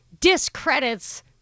discredits